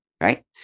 Right